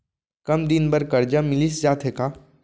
कम दिन बर करजा मिलिस जाथे का?